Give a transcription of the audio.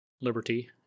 liberty